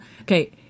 okay